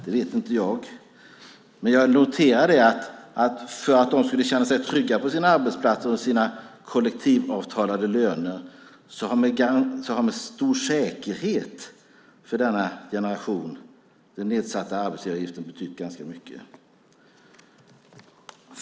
Det vet inte jag, men jag noterar att för att de skulle känna sig trygga på sin arbetsplats med sina kollektivavtalade löner så har med stor säkerhet för denna generation den nedsatta arbetsgivaravgiften betytt ganska mycket. Fru talman!